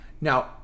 Now